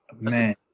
man